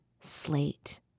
slate